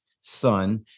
Son